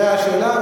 זאת השאלה.